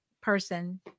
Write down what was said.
person